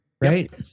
Right